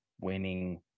winning